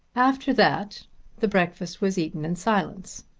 after that the breakfast was eaten in silence.